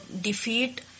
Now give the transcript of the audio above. defeat